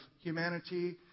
humanity